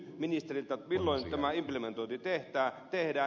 milloin tämä implementointi tehdään